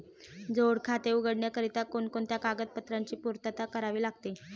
जोड खाते उघडण्याकरिता कोणकोणत्या कागदपत्रांची पूर्तता करावी लागते?